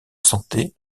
santé